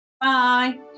Bye